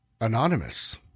anonymous